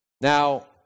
Now